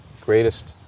greatest